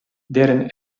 deren